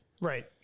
Right